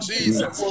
Jesus